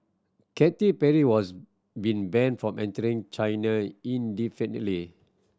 Katy Perry was been banned from entering China indefinitely